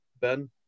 Ben